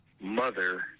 mother